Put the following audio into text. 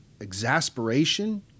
exasperation